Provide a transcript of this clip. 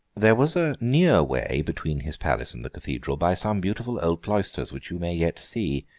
there was a near way between his palace and the cathedral, by some beautiful old cloisters which you may yet see.